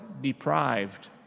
deprived